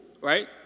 right